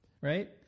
right